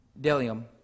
Delium